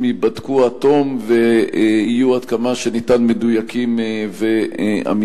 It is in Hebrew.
ייבדקו עד תום ויהיו עד כמה שניתן מדויקים ואמיתיים.